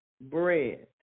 bread